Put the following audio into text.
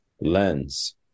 lens